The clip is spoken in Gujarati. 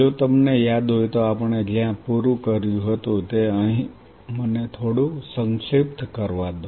જો તમને યાદ હોય તો આપણે જ્યાં પૂરું કર્યું હતું તે અહીં મને થોડું સન્ક્ષિપ્ત કરવા દો